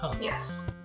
Yes